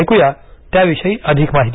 ऐकूया त्याविषयी अधिक माहिती